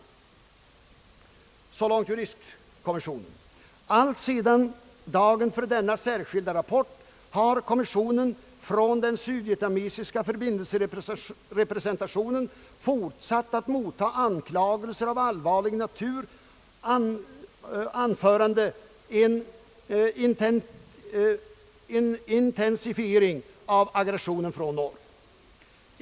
4. Alltsedan dagen för denna särskilda rapport har kommissionen från den sydvietnamesiska förbindelserepresentationen fortsatt att motta anklagelser av allvarlig natur, anförande en intensifiering av aggressionen från norr.